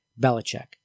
Belichick